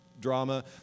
drama